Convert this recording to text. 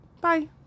Bye